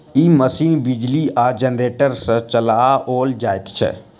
ई machine बिजली आ generator सॅ चलाओल जाइत छै